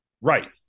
right